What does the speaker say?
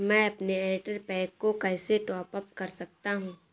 मैं अपने Airtel pack को कैसे टॉप अप कर सकता हूँ?